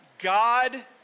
God